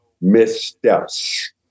missteps